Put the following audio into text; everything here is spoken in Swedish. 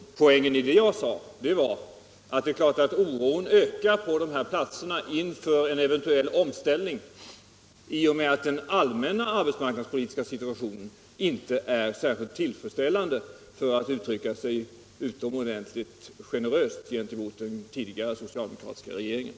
Poängen i det jag sade var att det är klart att oron ökar på de här platserna inför en eventuell omställning i och med att den allmänna arbetsmarknadspolitiska situationen inte är särskilt tillfredsställande, för att uttrycka sig utomordentligt generöst gentemot den tidigare socialdemokratiska regeringen.